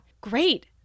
great